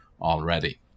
already